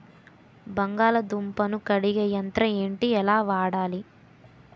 బంగాళదుంప ను కడిగే యంత్రం ఏంటి? ఎలా వాడాలి?